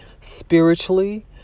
spiritually